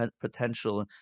potential